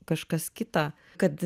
kažkas kita kad